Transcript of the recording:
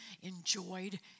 enjoyed